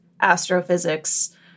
astrophysics